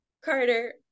carter